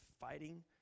fighting